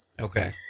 Okay